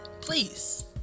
Please